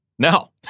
No